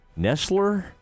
Nestler